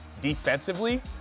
defensively